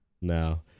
No